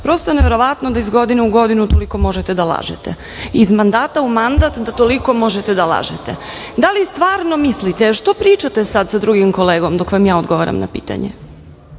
Prosto je neverovatno da iz godine u godinu toliko možete da lažete, iz mandata u mandat da toliko možete da lažete. Da li stvarno mislite… Što pričate sada sa drugim kolegom dok vam ja odgovaram na pitanje?